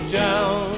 down